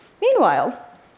Meanwhile